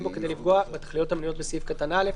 בו כדי לפגוע בתכליות המנויות בסעיף (א),